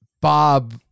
Bob